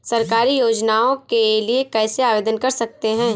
सरकारी योजनाओं के लिए कैसे आवेदन कर सकते हैं?